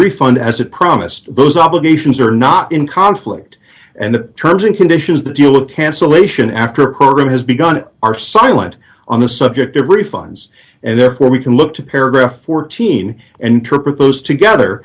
refund as it promised those obligations are not in conflict and the terms and conditions that deal a cancellation after a program has begun are silent on the subject of refunds and therefore we can look to paragraph fourteen and interpret those together